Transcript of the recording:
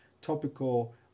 topical